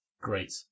Great